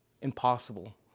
impossible